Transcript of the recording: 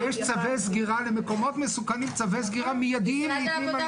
דרך אגב, יש צווי סגירה מידיים למקומות מסוכנים.